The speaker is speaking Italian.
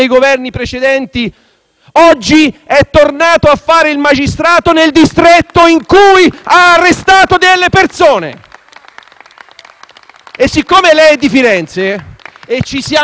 oggi è tornato a fare il magistrato nel distretto in cui ha arrestato delle persone! Siccome poi lei è di Firenze - e ci siamo già capiti